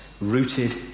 rooted